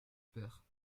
père